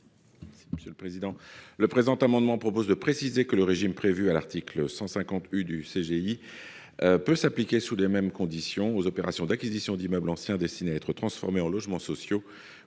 Le présent amendement vise à préciser que le régime prévu à l’article 150 U du code général des impôts peut s’appliquer, sous les mêmes conditions, aux opérations d’acquisition d’immeubles anciens destinés à être transformés en logements sociaux